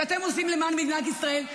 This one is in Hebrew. שאתם עושים למען מדינת ישראל,